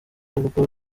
urwo